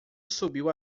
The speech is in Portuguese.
subiu